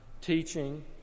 teaching